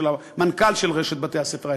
של המנכ"ל של רשת בתי-הספר האלה.